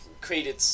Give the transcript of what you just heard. Created